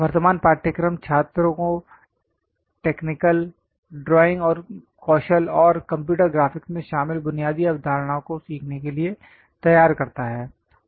वर्तमान पाठ्यक्रम छात्रों को टेक्निकल ड्राइंग कौशल और कंप्यूटर ग्राफिक्स में शामिल बुनियादी अवधारणाओं को सीखने के लिए तैयार करता है